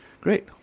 Great